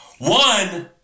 one